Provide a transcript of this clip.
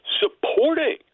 supporting